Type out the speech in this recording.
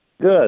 Good